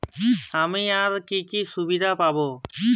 আমি আর কি কি সুবিধা পাব?